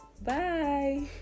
bye